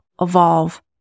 evolve